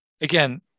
Again